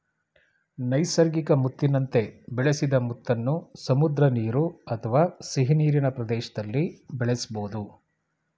ನೈಸರ್ಗಿಕ ಮುತ್ತಿನಂತೆ ಬೆಳೆಸಿದ ಮುತ್ತನ್ನು ಸಮುದ್ರ ನೀರು ಅಥವಾ ಸಿಹಿನೀರಿನ ಪ್ರದೇಶ್ದಲ್ಲಿ ಬೆಳೆಸ್ಬೋದು